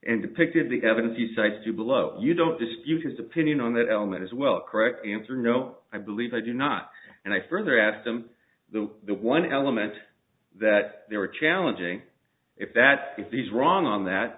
and depicted the evidence he cites to below you don't just you can depending on that element as well correct answer no i believe i do not and i further asked them the the one element that they were challenging if that if he's wrong on that